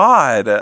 God